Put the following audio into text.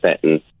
sentence